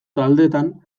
taldetan